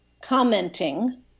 commenting